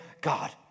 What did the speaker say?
God